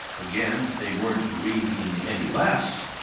again, they weren't grieving any less,